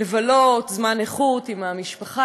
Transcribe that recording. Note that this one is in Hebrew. לבלות זמן איכות עם המשפחה,